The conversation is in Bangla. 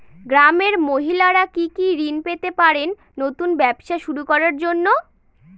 গ্রামের মহিলারা কি কি ঋণ পেতে পারেন নতুন ব্যবসা শুরু করার জন্য?